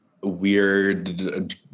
weird